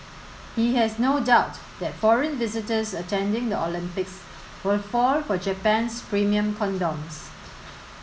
he has no doubt that foreign visitors attending the Olympics will fall for Japan's premium condoms